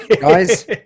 guys